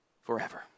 forever